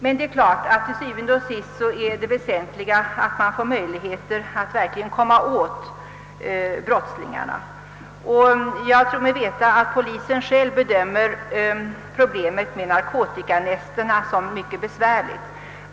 Men til syvende og sidst är naturligtvis det mest väsentliga att man får möjligheter att komma åt brottslingarna. Jag tror mig också veta att polisen bedömer problemet med narkotikanästena som mycket besvärligt.